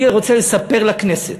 אני רוצה לספר לכנסת,